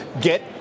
get